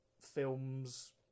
Films